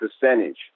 percentage